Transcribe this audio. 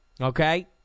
okay